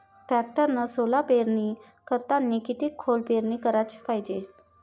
टॅक्टरनं सोला पेरनी करतांनी किती खोल पेरनी कराच पायजे?